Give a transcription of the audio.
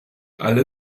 alle